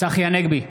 צחי הנגבי,